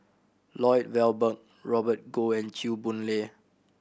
Lloyd Valberg Robert Goh and Chew Boon Lay